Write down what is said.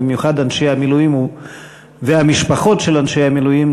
ובמיוחד אנשי המילואים והמשפחות של אנשי המילואים,